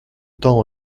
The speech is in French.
temps